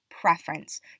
preference